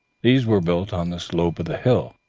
these were built on the slope of the hill,